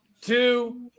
two